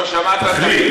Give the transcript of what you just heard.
תחליט,